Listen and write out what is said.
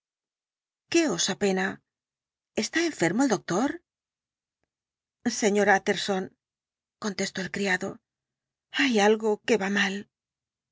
qué os apena está enfermo el doctor sr tjtterson contestó el criado hayalgo que va mal